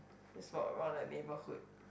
just walk around like neighbourhood